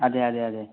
അതെ അതെ അതെ